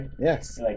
Yes